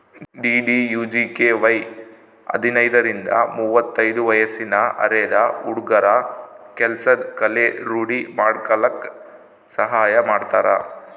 DDUGKY ಹದಿನೈದರಿಂದ ಮುವತ್ತೈದು ವಯ್ಸಿನ ಅರೆದ ಹುಡ್ಗುರ ಕೆಲ್ಸದ್ ಕಲೆ ರೂಡಿ ಮಾಡ್ಕಲಕ್ ಸಹಾಯ ಮಾಡ್ತಾರ